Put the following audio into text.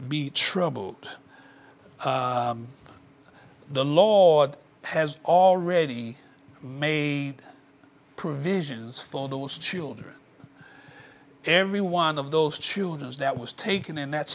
be troubled the law has already made provisions for those children every one of those children is that was taken in that